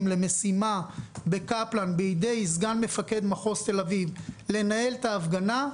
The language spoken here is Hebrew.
למשימה בקפלן בידי סגן מפקד מחוז תל אביב לנהל את ההפגנה,